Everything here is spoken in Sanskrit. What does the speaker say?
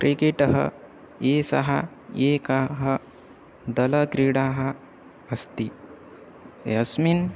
क्रिकेटः एषा एका दलक्रीडा अस्ति यस्मिन्